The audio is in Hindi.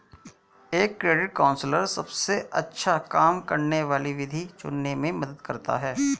एक क्रेडिट काउंसलर सबसे अच्छा काम करने वाली विधि चुनने में मदद करता है